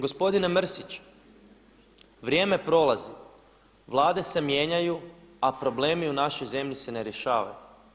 Gospodine Mrsić, vrijeme prolazi, Vlade se mijenjaju a problemi u našoj zemlji se ne rješavaju.